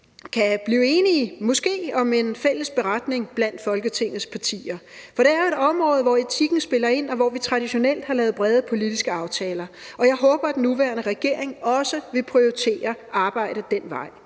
kan blive enige, måske om en fælles beretning, blandt Folketingets partier, for det er jo et område, hvor etikken spiller ind, og hvor vi traditionelt har lavet brede politiske aftaler, og jeg håber, at den nuværende regering også vil prioritere at arbejde den vej.